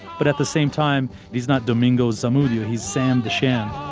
but at the same time he's not domingo zamudio. he's sam the sham